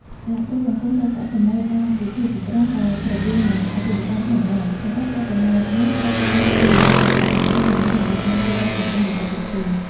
សហគ្រាសសង្គមរកប្រាក់ចំណូលតាមវិធីជាច្រើន ដែលស្រដៀងនឹងអាជីវកម្មធម្មតា ប៉ុន្តែប្រាក់ចំណូលនោះត្រូវបានវិនិយោគត្រឡប់មកវិញដើម្បីសម្រេចបានគោលដៅសង្គមរបស់ពួកគេ។